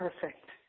Perfect